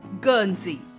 Guernsey